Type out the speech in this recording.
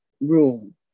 room